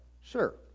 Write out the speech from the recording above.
Sure